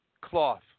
cloth